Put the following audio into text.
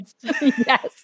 Yes